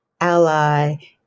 ally